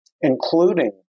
Including